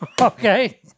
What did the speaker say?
okay